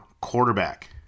quarterback